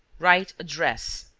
write address.